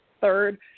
third